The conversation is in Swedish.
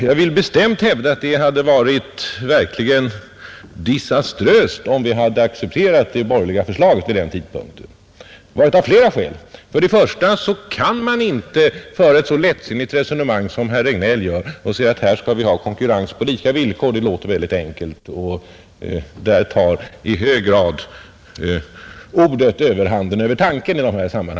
Jag vill bestämt hävda att det av flera skäl hade varit olyckligt om vi hade accepterat det borgerliga förslaget vid den tidpunkten. Först och främst kan man inte föra ett så lättsinnigt resonemang som herr Regnéll gör och säga att vi här skall ha konkurrens på lika villkor. Det låter väldigt enkelt, men där tar i hög grad ett populärt ord överhand över tanken.